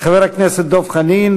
חבר הכנסת דב חנין,